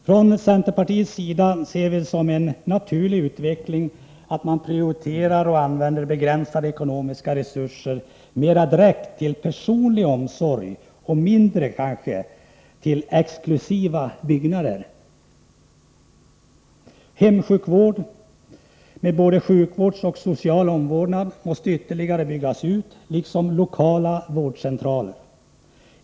Från centerpartiets sida ser vi det som en naturlig utveckling att man prioriterar begränsade ekonomiska resurser mer direkt till personlig omsorg och mindre till exklusiva byggnader. Hemsjukvården — med både sjukvård och social omvårdnad — måste ytterligare byggas ut liksom lokala vårdcentraler.